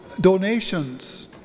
donations